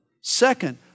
Second